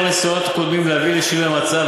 ולאור ניסיונות קודמים להביא לשינוי המצב,